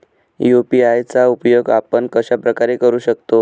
UPI चा उपयोग आपण कशाप्रकारे करु शकतो?